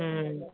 ம்